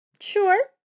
Sure